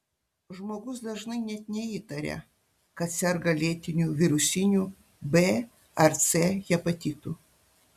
žmogus dažnai net neįtaria kad serga lėtiniu virusiniu b ar c hepatitu